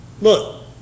look